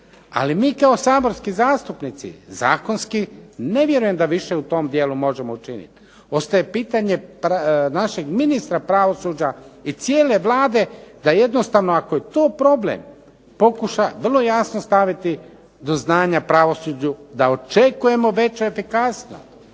Ali mi kao saborski zastupnici zakonski ne vjerujem da više u tom dijelu možemo učiniti. Ostaje pitanje našeg ministra pravosuđa i cijele Vlade da jednostavno ako je to problem, pokuša vrlo jasno staviti do znanja pravosuđu da očekujemo veću efikasnost.